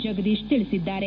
ಜಗದೀಶ್ ತಿಳಿಸಿದ್ದಾರೆ